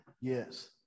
yes